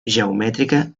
geomètrica